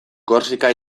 korsika